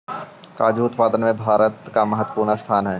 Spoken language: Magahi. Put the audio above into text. काजू उत्पादन में भारत का महत्वपूर्ण स्थान हई